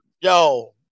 yo